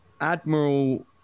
Admiral